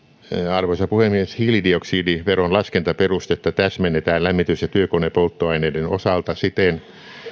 arvoisa puhemies hiilidioksidiveron laskentaperustetta täsmennetään lämmitys ja työkonepolttoaineiden osalta siten